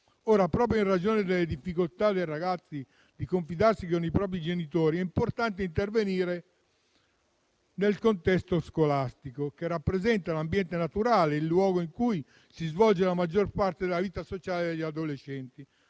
Proprio in ragione delle difficoltà dei ragazzi a confidarsi con i propri genitori, è importante intervenire nel contesto scolastico, che rappresenta l'ambiente naturale, il luogo in cui si svolge la maggior parte della vita sociale degli adolescenti.